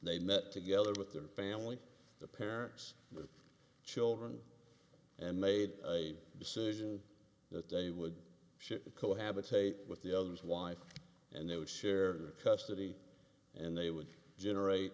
they met together with their family the parents children and made a decision that they would ship to cohabitate with the others wife and they would share custody and they would generate